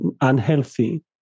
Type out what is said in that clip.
unhealthy